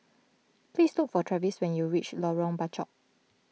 please look for Travis when you reach Lorong Bachok